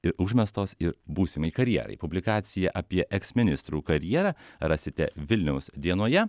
ir užmestos ir būsimai karjerai publikacija apie eksministrų karjera rasite vilniaus dienoje